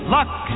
Luck